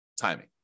timing